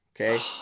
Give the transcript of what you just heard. okay